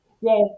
yes